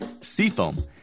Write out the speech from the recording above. Seafoam